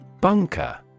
Bunker